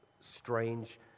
strange